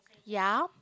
ya